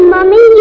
Mommy